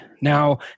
Now